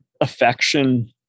affection